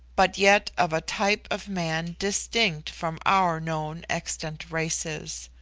but yet of a type of man distinct from our known extant races.